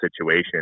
situation